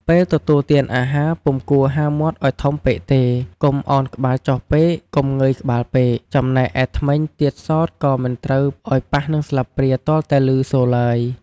ពេលទទួលទានអាហារ ពុំគួរហាមាត់ឲ្យធំពេកទេ កុំឱនក្បាលចុះពេក កុំងើយក្បាលពេក ចំណែកឯធ្មេញទៀតសោតក៏មិនត្រូវឲ្យប៉ះនឹងស្លាបព្រាទាល់តែឮសូរឡើយ។